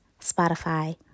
Spotify